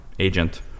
agent